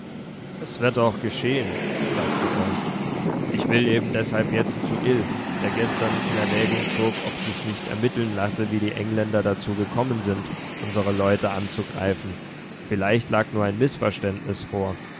es wird auch geschehen sagte ell ich will eben deshalb jetzt zu ill der gestern in erwägung zog ob sich nicht ermitteln lasse wie die engländer dazu gekommen sind unsere leute anzugreifen vielleicht lag nur ein mißverständnis vor